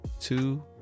two